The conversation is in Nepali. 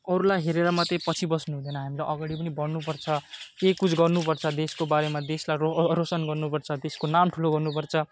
अरूलाई हेरेर मात्र पछि बस्नु हुँदैन हामीलाई अगाडि पनि बढनु पर्छ केही कुछ गर्नु पर्छ देशको बारेमा देशलाई रोसन गर्नु पर्छ देशको नाम ठुलो गर्नु पर्छ